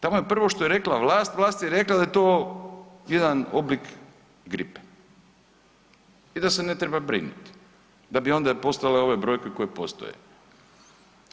Tamo prvo što je rekla vlast, vlast je rekla da je to jedan oblik gripe i da se ne treba brinuti, da bi onda postale ove brojke koje postoje.